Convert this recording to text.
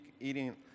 eating